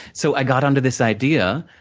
so, i got onto this idea,